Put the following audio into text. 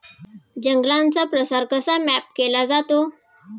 जंगलांचा प्रसार कसा मॅप केला जातो?